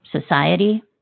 society